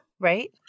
right